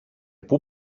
πού